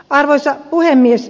arvoisa puhemies